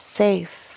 safe